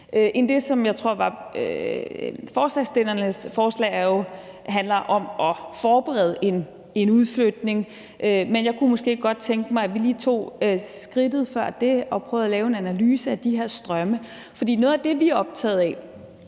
end det, som ligger i forslagsstillernes forslag, som jo handler om at forberede en udflytning. Men jeg kunne måske godt tænke mig, at vi lige tog skridtet før det og prøvede at lave en analyse af de her strømme. Noget af det, vi er optaget af,